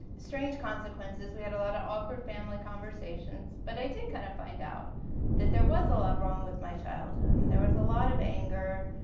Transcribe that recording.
strange consequences. we had a lot of awkward family conversations. but i did kinda kind of find out that there was a lot wrong with my childhood, and there was a lot of anger